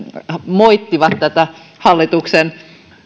moittivat tätä hallituksen